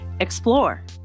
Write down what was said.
Explore